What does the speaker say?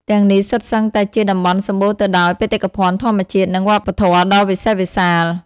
ទាំងនេះសុទ្ធសឹងតែជាតំបន់សម្បូរទៅដោយបេតិកភណ្ឌធម្មជាតិ និងវប្បធម៌ដ៏វិសេសវិសាល។